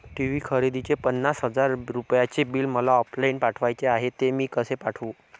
TV खरेदीचे पन्नास हजार रुपयांचे बिल मला ऑफलाईन पाठवायचे आहे, ते मी कसे पाठवू?